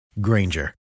Granger